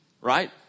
right